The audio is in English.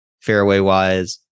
fairway-wise